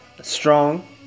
strong